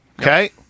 Okay